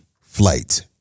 Flight